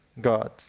God